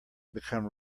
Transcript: become